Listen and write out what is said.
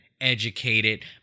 educated